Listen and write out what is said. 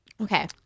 Okay